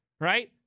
Right